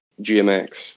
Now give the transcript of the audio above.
GMX